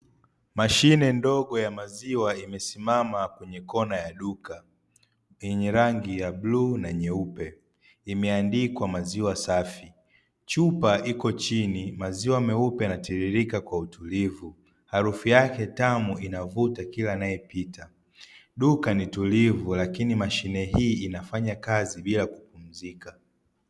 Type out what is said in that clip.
Mashine ndogo ya maziwa imesimama kwenye kona ya duka, yenye rangi ya bluu na nyeupe. Imeandikwa "maziwa safi". Chupa iko chini, maziwa meupe yanatiririka kwa utulivu. Harufu yake tamu inavuta kila anayepita. Duka ni tulivu, lakini mashine hii inafanya kazi bila ya kupumzika.